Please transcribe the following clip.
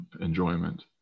enjoyment